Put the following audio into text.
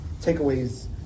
takeaways